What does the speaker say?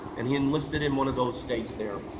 and he enlisted in one of those states there.